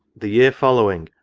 the year following,